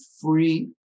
free